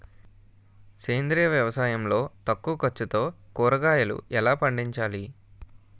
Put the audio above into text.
సేంద్రీయ వ్యవసాయం లో తక్కువ ఖర్చుతో కూరగాయలు ఎలా పండించాలి?